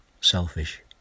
selfish